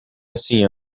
assim